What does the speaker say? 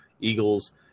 Eagles –